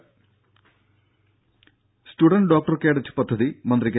രുര student doctor cadet പദ്ധതി മന്ത്രി കെ